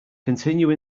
continue